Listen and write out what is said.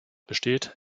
besteht